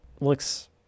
looks